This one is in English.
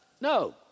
No